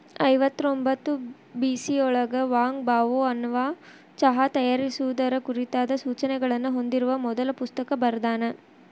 ಐವತ್ತರೊಂಭತ್ತು ಬಿಸಿಯೊಳಗ Wang Bao ಅನ್ನವಾ ಚಹಾ ತಯಾರಿಸುವುದರ ಕುರಿತಾದ ಸೂಚನೆಗಳನ್ನ ಹೊಂದಿರುವ ಮೊದಲ ಪುಸ್ತಕ ಬರ್ದಾನ